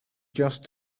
just